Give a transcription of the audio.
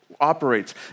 operates